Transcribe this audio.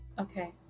Okay